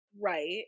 Right